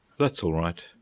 that's all right.